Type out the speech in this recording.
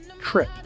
Trip